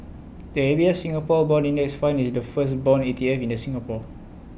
the A B F Singapore Bond index fund is the first Bond E T F in the Singapore